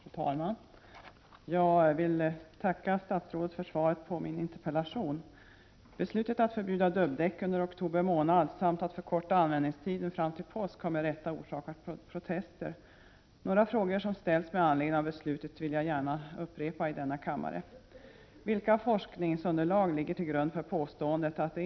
Fru talman! Jag vill tacka statsrådet för svaret på min interpellation. Beslutet att förbjuda dubbdäck under oktober månad samt att förkorta användningstiden så att den gäller fram till påsk har med rätta orsakat protester. Några frågor som ställts med anledning av beslutet vill jag gärna upprepa i denna kammare.